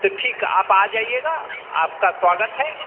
तो ठीक है आप आ जाइएगा आपका स्वागत है